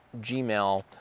gmail